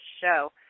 show